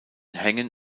hängen